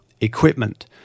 equipment